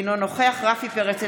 אינו נוכח רפי פרץ,